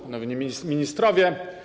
Panowie Ministrowie!